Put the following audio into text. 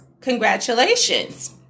Congratulations